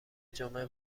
جمعه